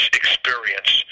experience